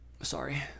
sorry